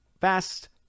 Fast